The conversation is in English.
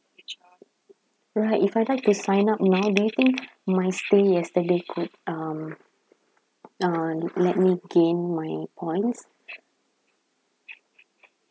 right if I'd like to sign up now do you think my stay yesterday could um uh let me gain my points